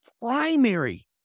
primary